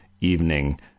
evening